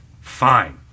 Fine